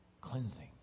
cleansing